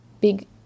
big